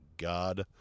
god